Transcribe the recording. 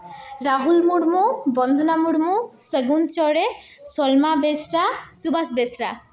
ᱨᱟᱦᱩᱞ ᱢᱩᱨᱢᱩ ᱵᱚᱱᱫᱚᱱᱟ ᱢᱩᱨᱢᱩ ᱥᱟᱹᱜᱩᱱ ᱪᱚᱬᱮ ᱥᱚᱞᱢᱟ ᱵᱮᱥᱨᱟ ᱥᱩᱵᱷᱟᱥ ᱵᱮᱥᱨᱟ